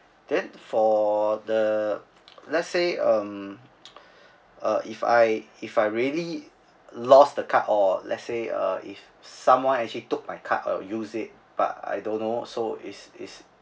then for all the let's say um uh if I if I really lost the card or let say uh if someone actually took my card uh use it but I don't know so is is